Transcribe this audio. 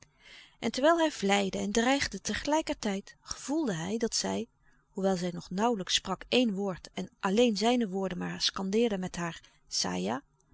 en terwijl hij vleide en dreigde tegelijkertijd gevoelde hij dat zij hoewel zij nog nauwlijks sprak éen woord en alleen zijne woorden maar scandeerde met haar saja